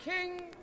King